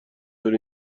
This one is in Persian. داری